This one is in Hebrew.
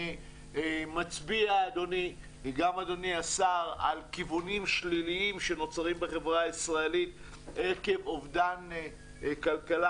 אני מצביע על כיוונים שליליים שנוצרים בחברה הישראלית עקב אובדן כלכלה,